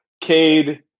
Cade